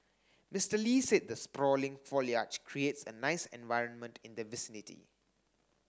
Mister Lee said the sprawling foliage creates a nice environment in the vicinity